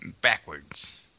backwards